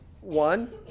one